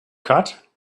cut